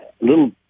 little